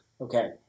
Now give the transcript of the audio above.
Okay